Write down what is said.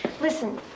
Listen